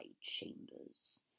chambers